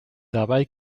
dabei